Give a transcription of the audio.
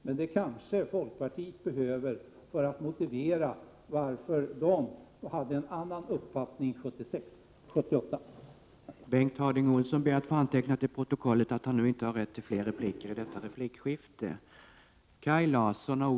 Men folkpartiet behöver dem kanske för att motivera varför det hade en annan uppfattning år 1978.